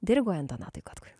diriguojant donatui katkui